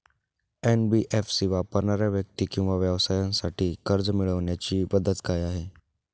NBFC वापरणाऱ्या व्यक्ती किंवा व्यवसायांसाठी कर्ज मिळविण्याची पद्धत काय आहे?